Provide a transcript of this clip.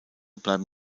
bleiben